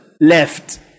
left